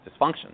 dysfunction